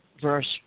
verse